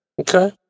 Okay